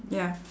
ya